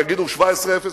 יגידו 1701,